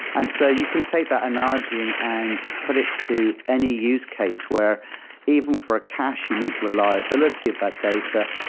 and so you can take that analogy and and put it to any use case where even for a cache, you need reliability of that data.